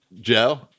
Joe